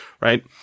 right